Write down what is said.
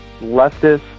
leftist